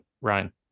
Ryan